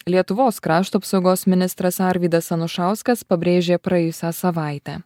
lietuvos krašto apsaugos ministras arvydas anušauskas pabrėžė praėjusią savaitę